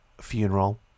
funeral